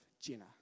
Jenna